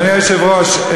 אדוני היושב-ראש,